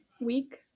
week